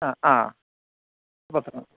ആ ആ വെക്കണം